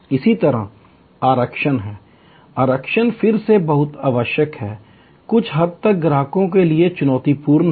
इसी तरह आरक्षण हैं आरक्षण फिर से बहुत आवश्यक है कुछ हद तक ग्राहकों के लिए चुनौतीपूर्ण है